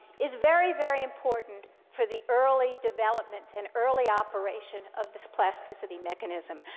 is very, very important for the early development and early operation of this plasticity mechanism.